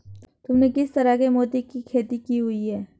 तुमने किस तरह के मोती की खेती की हुई है?